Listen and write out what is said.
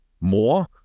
more